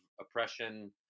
oppression